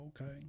okay